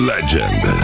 Legend